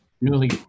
newly